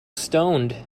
stoned